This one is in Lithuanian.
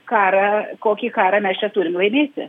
karą kokį karą mes čia turim laimėti